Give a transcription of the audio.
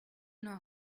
know